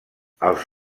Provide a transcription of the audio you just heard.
els